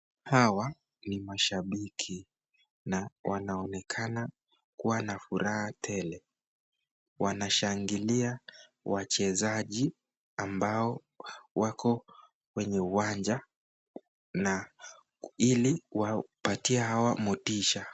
Hawa ni mashabiki, na wanaonekana kuwa na furaha tele, wanashangilia wachezaji ambao wako kwenye uwanja ili wapatie hawa motisha.